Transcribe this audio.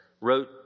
wrote